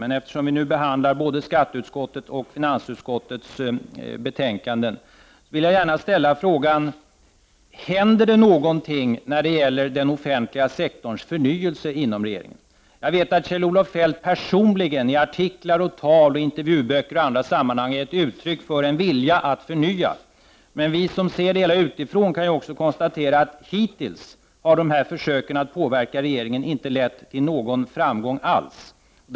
Eftersom vi nu behandlar betänkanden både från finansutskottet och från skatteutskottet vill jag ställa följande fråga: Händer det någonting inom regeringen när det gäller den offentliga sektorns förnyelse? Jag vet att Kjell-Olof Feldt personligen i artiklar, tal och intervjuböcker liksom även i andra sammanhang har givit uttryck för en vilja att förnya. Vi som ser det hela utifrån kan också konstatera att dessa försök från regeringens sida hittills inte haft någon framgång alls.